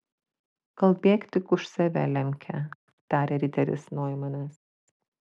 kalbėk tik už save lemke tarė riteris noimanas